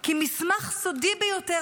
כי מסמך סודי ביותר,